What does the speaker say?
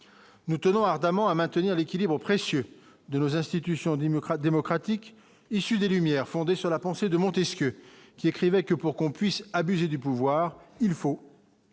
nous tenons ardemment à maintenir l'équilibre précieux de nos institutions démocrate démocratique issu des Lumières, fondée sur la pensée de Montesquieu, qui écrivait que pour qu'on puisse abuser du pouvoir, il faut.